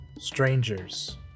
strangers